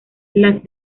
las